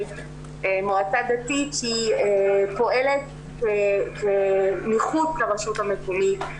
מועצה דתית שהיא פועלת מחוץ לרשות המקומית,